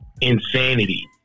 insanity